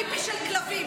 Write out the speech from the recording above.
פיפי של כלבים.